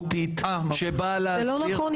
יואב, שאלה, ברשותך, לא בהתרסה.